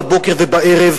בבוקר ובערב,